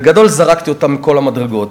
בגדול, זרקתי אותם מכל המדרגות.